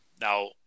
Now